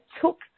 took